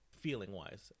feeling-wise